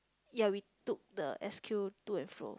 ya we took the S_Q to and fro